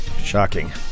shocking